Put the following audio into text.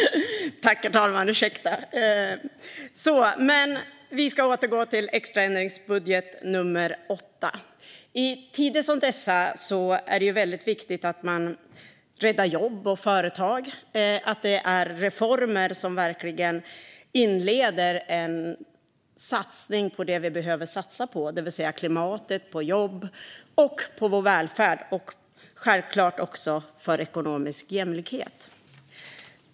Ursäkta, herr talman! Vi ska återgå till extra ändringsbudget nummer 8. I tider som dessa är det väldigt viktigt att man räddar jobb och företag. Det ska vara reformer som verkligen inleder en satsning på det vi behöver satsa på: klimatet, jobb, välfärd och självklart också ekonomisk jämlikhet.